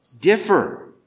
differ